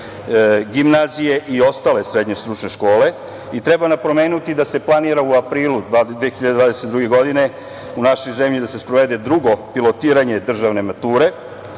gimnazije i ostale srednje stručne škole. Treba napomenuti da se planira u aprilu 2022. godine u našoj zemlji da se sprovede drugo pilotiranje državne mature,